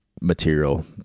material